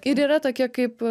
ir yra tokia kaip